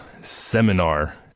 seminar